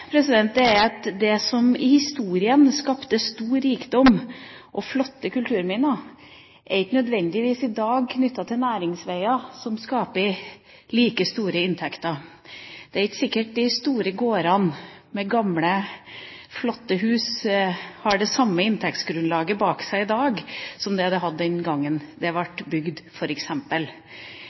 eiere. Problemet er at det som gjennom historien har skapt stor rikdom og flotte kulturminner, ikke nødvendigvis i dag er knyttet til næringsveier som skaper like store inntekter. Det er ikke sikkert at de store gårdene med gamle, flotte hus har det samme inntektsgrunnlaget i dag som den gangen de ble bygd,